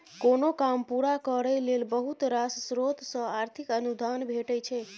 कोनो काम पूरा करय लेल बहुत रास स्रोत सँ आर्थिक अनुदान भेटय छै